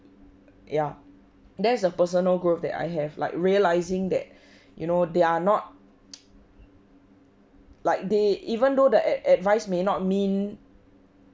ya that is the personal growth that I have like realizing that you know they are not like they even though the ad~ advice may not mean